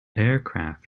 aircraft